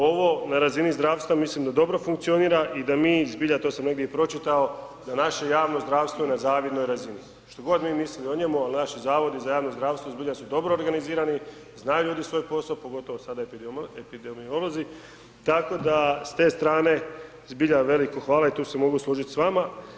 Ovo na razini zdravstva mislim da dobro funkcionira i da mi zbilja i to sam negdje i pročitao, da je naše javno zdravstvo na zavidnoj razini, što god mi mislili o njemu ali naši zavodi za javno zdravstvo su zbilja dobro organizirani, znaju ljudi svoj posao pogotovo sad epidemiolozi, tako da s te strane zbilja veliko hvala i tu se mogu složit s vama.